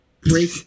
break